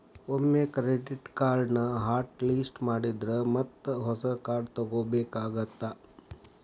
ಒಮ್ಮೆ ಕ್ರೆಡಿಟ್ ಕಾರ್ಡ್ನ hot list ಮಾಡಿದ್ರ ಮತ್ತ ಹೊಸ ಕಾರ್ಡ್ ತೊಗೋಬೇಕಾಗತ್ತಾ